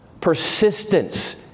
persistence